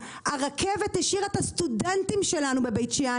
הרכבת השאירה את הסטודנטים שלנו בבית שאן